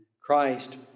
christ